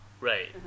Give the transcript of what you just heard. Right